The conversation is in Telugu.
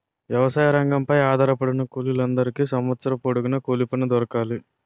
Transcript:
వ్యవసాయ రంగంపై ఆధారపడిన కూలీల అందరికీ సంవత్సరం పొడుగున కూలిపని దొరకాలి